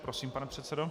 Prosím, pane předsedo.